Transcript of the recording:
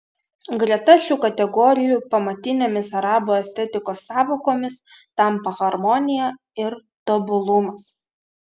greta šių kategorijų pamatinėmis arabų estetikos sąvokomis tampa harmonija ir tobulumas